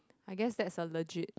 I guess that's a legit